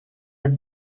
have